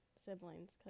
siblings